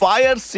Fire